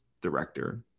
director